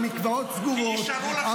המקוואות סגורות.